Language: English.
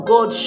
God